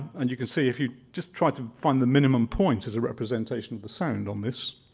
and you can see if you just try to find the minimum points as a representation of the sound on this,